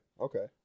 okay